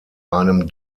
einem